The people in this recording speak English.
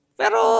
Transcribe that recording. pero